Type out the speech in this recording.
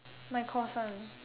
my course one